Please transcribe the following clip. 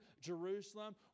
Jerusalem